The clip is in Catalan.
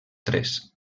tres